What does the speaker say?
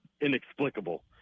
inexplicable